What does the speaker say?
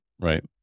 Right